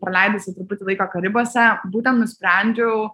praleidusi truputį laiko karibuose būtent nusprendžiau